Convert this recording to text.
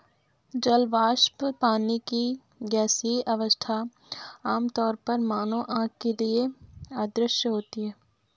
जल वाष्प, पानी की गैसीय अवस्था, आमतौर पर मानव आँख के लिए अदृश्य होती है